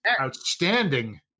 outstanding